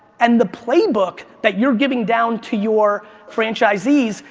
and the playbook that you're giving down to your franchisees,